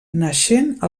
naixent